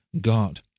God